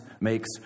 makes